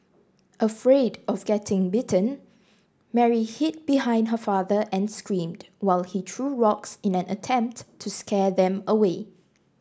afraid of getting bitten Mary hid behind her father and screamed while he threw rocks in an attempt to scare them away